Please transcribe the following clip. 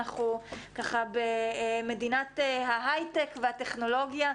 אנחנו במדינת ההייטק והטכנולוגיה,